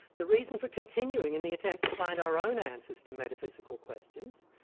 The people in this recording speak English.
the reason for continuing in the attempt to find our own answers to metaphysical questions,